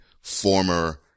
former